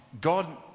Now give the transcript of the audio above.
God